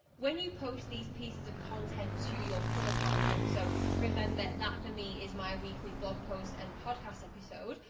when you post these pieces of content to your pillar content. so remember that for me is my weekly blog post and podcast episode,